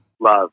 Love